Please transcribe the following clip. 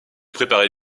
préparer